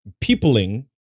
peopling